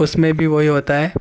اس میں بھی وہی ہوتا ہے